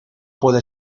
puede